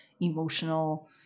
emotional